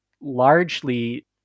largely